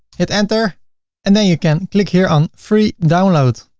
hit enter and then you can click here on free download,